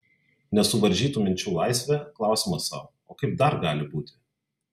nesuvaržytų minčių laisvė klausimas sau o kaip dar gali būti